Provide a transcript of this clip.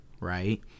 right